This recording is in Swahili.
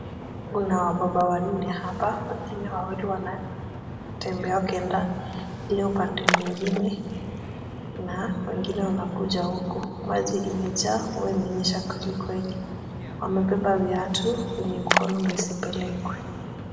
Kuna wababa wa nini hapa. Wengine wawili wanatembea wakienda ile upande mwingine na wengine wanakuja huku. Mji imejaa, mvua umenyesha kweli kweli. Wamebeba viatu, kwenye mkono ndio isipelekwe.